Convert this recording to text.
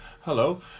Hello